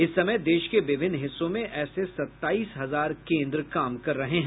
इस समय देश के विभिन्न हिस्सों में ऐसे सताईस हजार केन्द्र काम कर रहे हैं